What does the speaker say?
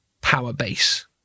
power-base